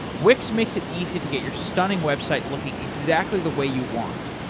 wix makes it easy to get your stunning website looking exactly the way you want.